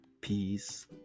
peace